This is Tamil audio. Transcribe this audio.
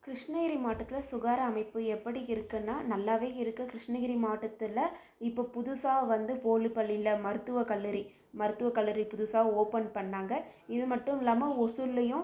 கிருஷ்ணகிரி மாவட்டத்தில் சுகாதார அமைப்பு எப்படி இருக்குன்னா நல்லா இருக்கு கிருஷ்ணகிரி மாவட்டத்தில் இப்போ புதுசாக வந்து போலுபள்ளியில் மருத்துவ கல்லூரி மருத்துவ கல்லூரி புதுசாக ஓப்பன் பண்ணாங்க இது மட்டும் இல்லாமல் ஓசூர்லேயும்